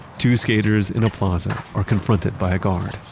two skaters in a plaza are confronted by a guard.